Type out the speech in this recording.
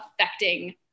affecting